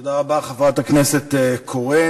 תודה רבה, חברת הכנסת קורן.